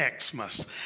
Xmas